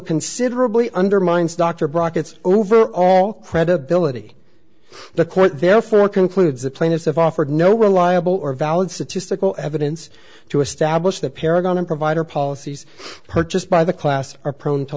considerably undermines dr brackets overall credibility the court therefore concludes the plaintiffs have offered no reliable or valid statistical evidence to establish the paragon of provider policies purchased by the class are prone to